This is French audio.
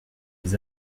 les